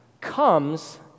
comes